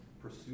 pursue